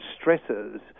stresses